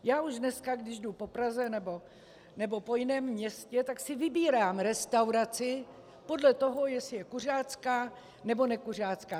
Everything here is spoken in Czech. Já už dneska, když jdu po Praze nebo po jiném městě, tak si vybírám restauraci podle toho, jestli je kuřácká, nebo nekuřácká.